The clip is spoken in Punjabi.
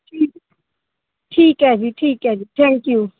ਠੀਕ ਠੀਕ ਹੈ ਜੀ ਠੀਕ ਹੈ ਜੀ ਥੈਂਕ ਯੂ